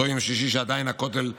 אותו יום שישי שבו עדיין הכותל צר,